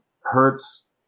Hertz